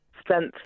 strength